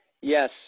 Yes